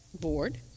board